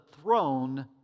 throne